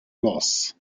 loss